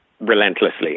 relentlessly